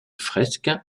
fresques